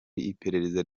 iperereza